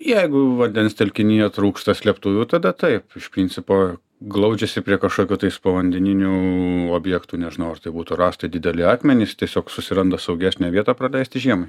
jeigu vandens telkinyje trūksta slėptuvių tada taip iš principo glaudžiasi prie kažkokio tais povandeninių objektų nežinau ar tai būtų rąstai dideli akmenys tiesiog susiranda saugesnę vietą praleisti žiemą